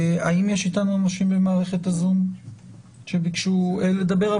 האם יש איתנו אנשים במערכת הזום שביקשו לדבר?